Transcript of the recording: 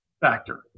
factor